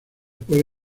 puede